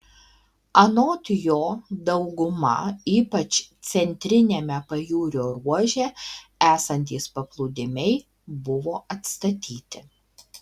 anot jo dauguma ypač centriniame pajūrio ruože esantys paplūdimiai buvo atstatyti